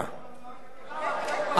אני רוצה לומר לך,